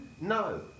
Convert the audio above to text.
No